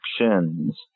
actions